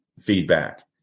feedback